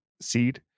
seed